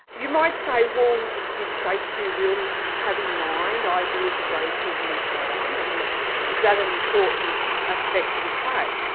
you might say, well did shakespeare really have in mind ideas of racism and so on? i mean is that an important aspect of the play?